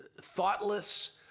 thoughtless